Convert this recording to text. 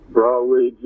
Broadway